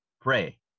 pray